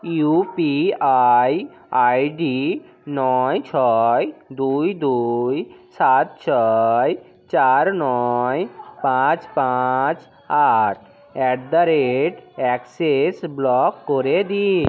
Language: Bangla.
ইউপিআই আইডি নয় ছয় দুই দুই সাত ছয় চার নয় পাঁচ পাঁচ আট at the rate Axis block করে দিন